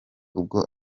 ubwo